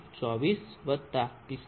24 વત્તા 45